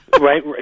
Right